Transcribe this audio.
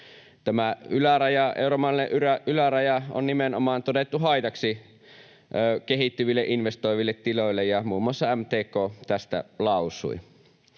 Tämä euromääräinen yläraja on nimenomaan todettu haitaksi kehittyville, investoiville tiloille, ja muun muassa MTK tästä lausui.